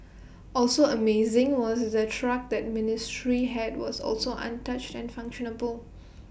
also amazing was the truck the ministry had was also untouched and functional